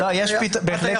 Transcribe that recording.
נהפוך